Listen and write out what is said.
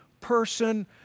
person